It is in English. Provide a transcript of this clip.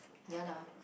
ya lah